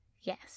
Yes